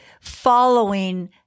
following